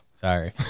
Sorry